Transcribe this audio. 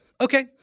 Okay